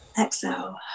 exhale